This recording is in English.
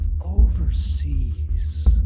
overseas